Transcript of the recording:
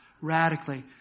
radically